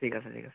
ঠিক আছে ঠিক আছে